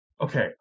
Okay